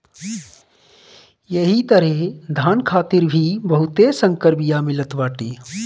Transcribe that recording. एही तरहे धान खातिर भी बहुते संकर बिया मिलत बाटे